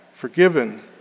forgiven